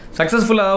successful